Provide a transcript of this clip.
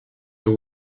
the